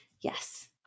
Yes